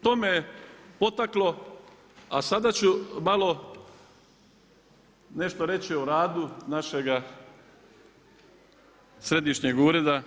To me potaklo a sada ću malo nešto reći o radu našega središnjeg ureda.